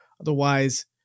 Otherwise